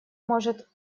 может